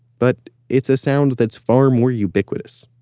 but it's a sound that's far more ubiquitous.